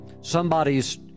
Somebody's